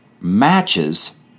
matches